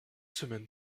semaines